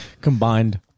combined